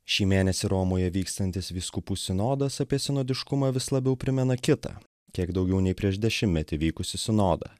šį mėnesį romoje vykstantis vyskupų sinodas apie sinodiškumą vis labiau primena kitą kiek daugiau nei prieš dešimtmetį vykusį sinodą